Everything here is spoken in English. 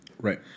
Right